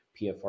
PFR